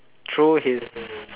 throw his